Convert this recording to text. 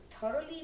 thoroughly